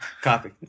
Copy